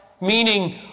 Meaning